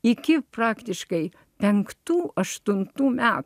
iki praktiškai penktų aštuntų metų